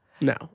No